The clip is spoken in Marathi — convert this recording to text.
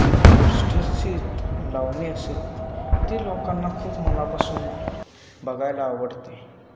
ठसठशीत लावणी असेल ती लोकांना खूप मनापासून बघायला आवडते